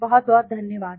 आपका बहुत बहुत शुक्रिया